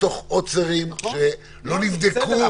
בתוך עוצרים שלא נבדקו כמו שצריך.